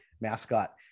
mascot